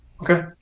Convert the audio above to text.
Okay